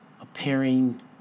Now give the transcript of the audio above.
appearing